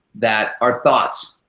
that our thoughts